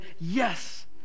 yes